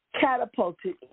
catapulted